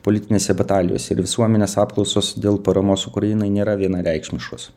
politinėse batalijose ir visuomenės apklausos dėl paramos ukrainai nėra vienareikšmiškos